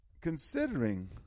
Considering